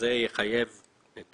שזה יחייב את